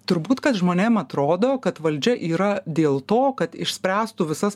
turbūt kad žmonėm atrodo kad valdžia yra dėl to kad išspręstų visas